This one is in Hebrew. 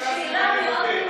שאלתי שאלה,